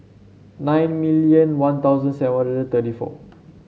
nine million One Thousand seven thirty four